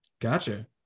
Gotcha